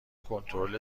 کنترل